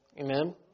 Amen